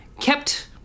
kept